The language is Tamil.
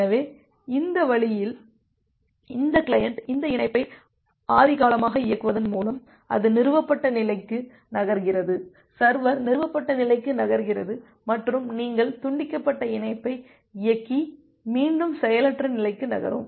எனவே இந்த வழியில் இந்த கிளையண்ட் இந்த இணைப்பை ஆதிகாலமாக இயக்குவதன் மூலம் அது நிறுவப்பட்ட நிலைக்கு நகர்கிறது சர்வர் நிறுவப்பட்ட நிலைக்கு நகர்கிறது மற்றும் நீங்கள் துண்டிக்கப்பட்ட இணைப்பை இயக்கி மீண்டும் செயலற்ற நிலைக்கு நகரும்